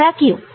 ऐसा क्यों